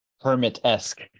hermit-esque